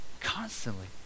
Constantly